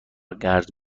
قرض